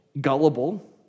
gullible